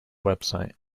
website